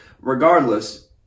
regardless